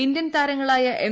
Indian താരങ്ങളായ M